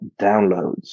downloads